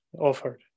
offered